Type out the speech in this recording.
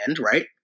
right